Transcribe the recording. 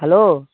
hello